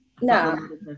No